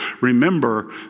Remember